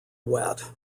wet